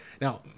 Now